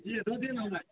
जी दु दिनमे